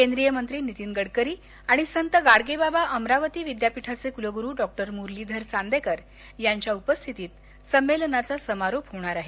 केंद्रीय मंत्री नितीन गडकरी आणि संत गाडगेबाबा अमरावती विद्यापीठाचे कुलगुरू डॉ मुरलीधर चांदेकर यांच्या उपस्थितीत संमेलनाचा समारोप होणार आहे